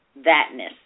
thatness